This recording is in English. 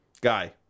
Guy